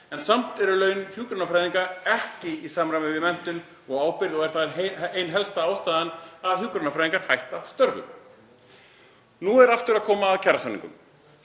en samt eru laun hjúkrunarfræðinga ekki í samræmi við menntun og ábyrgð og er það ein helsta ástæða þess að hjúkrunarfræðingar hætta störfum. Nú er aftur að koma að kjarasamningum.